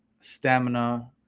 stamina